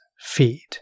feed